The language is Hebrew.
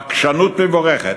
בעקשנות מבורכת,